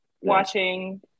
watching